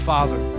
Father